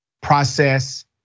process